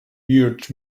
urged